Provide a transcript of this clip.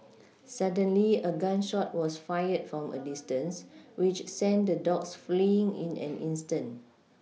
suddenly a gun shot was fired from a distance which sent the dogs fleeing in an instant